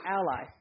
Ally